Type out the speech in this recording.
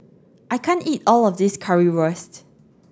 I can't eat all of this Currywurst